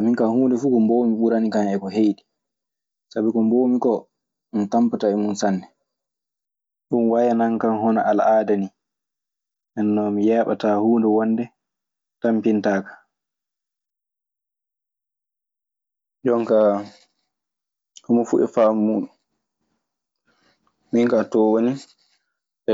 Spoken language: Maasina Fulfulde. min kaa huunde fuu ko mboowmi ɓuranikan e ko heyɗi, sabi ko mboowmi koo mi tampataa e mun sanne. Ɗun wayanan kan hono al aada nii. Nden non, mi yeeɓataa huunde wonde, tampintaa kan. Jonkaa homo fuu e faamu muuɗun. Min kaa too woni